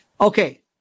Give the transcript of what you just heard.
Okay